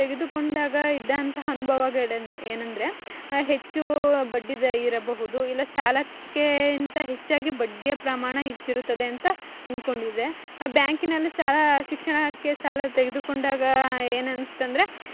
ತೆಗೆದುಕೊಂಡಾಗ ಇದ್ದಂತಹ ಅನುಭವಗಳೆನ್ ಏನಂದರೆ ಹೆಚ್ಚು ಬಡ್ಡಿದ ಇರಬಹುದು ಇಲ್ಲ ಸಾಲಕ್ಕೆ ಅಂತ ಹೆಚ್ಚಾಗಿ ಬಡ್ಡಿಯ ಪ್ರಮಾಣ ಹೆಚ್ಚಿರುತ್ತದೆ ಅಂತ ಅನ್ಕೊಂಡಿದ್ದೆ ಬ್ಯಾಂಕಿನಲ್ಲಿ ಸಾಲ ಶಿಕ್ಷಣಕ್ಕೆ ಸಾಲ ತೆಗೆದುಕೊಂಡಾಗ ಏನನಿಸುತ್ತಂದ್ರೆ